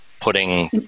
putting